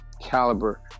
caliber